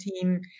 team